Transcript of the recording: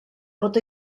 pot